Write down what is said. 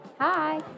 Hi